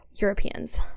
europeans